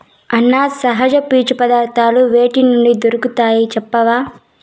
అన్నా, సహజ పీచు పదార్థాలు వేటి నుండి దొరుకుతాయి చెప్పవా